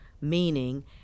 meaning